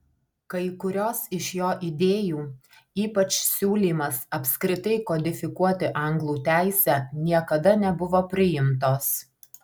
kai kurios iš jo idėjų ypač siūlymas apskritai kodifikuoti anglų teisę niekada nebuvo priimtos